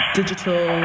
digital